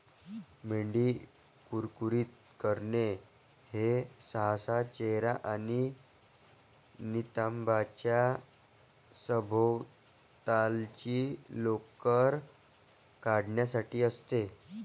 मेंढी कुरकुरीत करणे हे सहसा चेहरा आणि नितंबांच्या सभोवतालची लोकर काढण्यासाठी असते